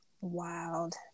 wild